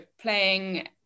playing